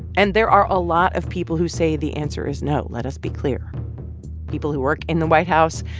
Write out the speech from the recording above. and there are a lot of people who say the answer is no, let us be clear people who work in the white house,